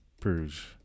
Bruges